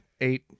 eight